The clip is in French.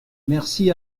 merci